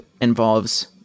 involves